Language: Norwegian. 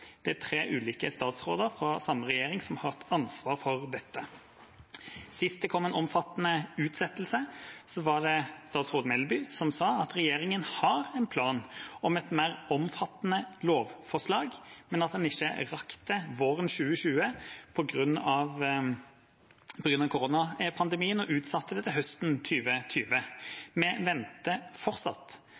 Det er tre ulike statsråder fra samme regjering som har hatt ansvar for dette. Sist det kom en omfattende utsettelse, var det statsråd Melby som sa at regjeringa har en plan om et mer omfattende lovforslag, men at en ikke rakk det våren 2020 på grunn av koronapandemien, og utsatte det til høsten 2020. Vi venter fortsatt.